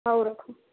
ହଉ ରଖ